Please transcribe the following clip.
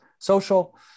social